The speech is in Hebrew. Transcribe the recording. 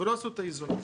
ולא עשו את האיזון הזה.